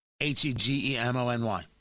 H-E-G-E-M-O-N-Y